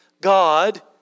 God